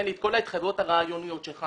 לו את כל ההתחייבויות הרעיוניות שלו,